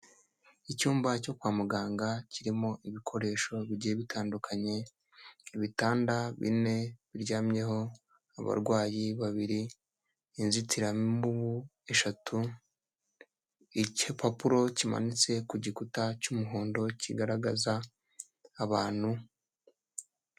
Icyumba cyo kwa muganga kirimo ibikoresho bigiye bitandukanye, ibitanda bine biryamyeho abarwayi babiri, inzitiramibu eshatu, igipapuro kimanitse ku gikuta cy'umuhondo kigaragaza abantu.